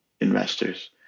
investors